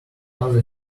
other